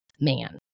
man